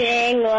Sing